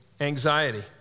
anxiety